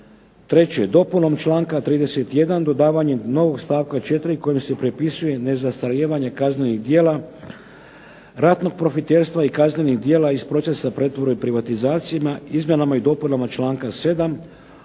Treće, dopunom članka 31. dodavanjem novog članka 4. kojim se propisuje nezastarijevanje kaznenih djela ratnog profiterstva i kaznenih djela iz procesa pretvorbe i privatizacije, izmjenama i dopunama članka 7.